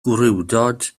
gwrywdod